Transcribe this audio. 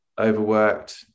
overworked